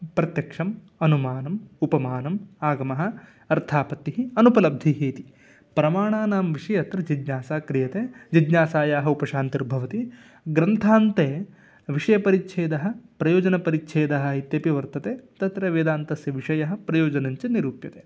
प्रत्यक्षम् अनुमानम् उपमानम् आगमः अर्थापत्तिः अनुपलब्धिः इति प्रमाणानां विषये अत्र जिज्ञासा क्रियते जिज्ञासायाः उपशान्तिर्भवति ग्रन्थान्ते विषयपरिच्छेदः प्रयोजनपरिच्छेदः इत्यपि वर्तते तत्र वेदान्तस्य विषयः प्रयोजनञ्च निरूप्यते